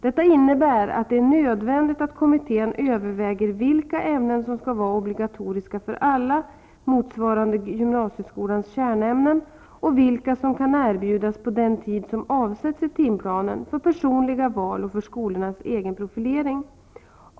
Detta innebär att det är nödvändigt att kommittén överväger vilka ämnen som skall vara obligatoriska för alla, motsvarande gymnasieskolans kärnämnen, och vilka som kan erbjudas på den tid som avsätts i timplanen för personliga val och för skolornas egen profilering.